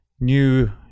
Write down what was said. new